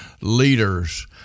leaders